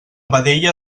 vedella